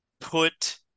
put